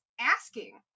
asking